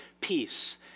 peace